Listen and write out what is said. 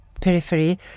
periphery